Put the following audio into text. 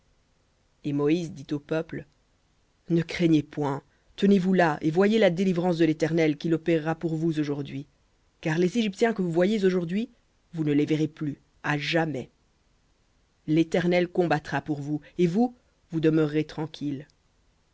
et moïse dit au peuple ne craignez point tenez-vous là et voyez la délivrance de l'éternel qu'il opérera pour vous aujourd'hui car les égyptiens que vous voyez aujourd'hui vous ne les verrez plus à jamais léternel combattra pour vous et vous vous demeurerez tranquilles